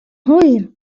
hwyr